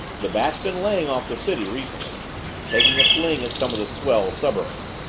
the bat's been laying off the city recently taking a fling at some of the swell suburbs.